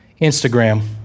Instagram